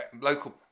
local